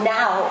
now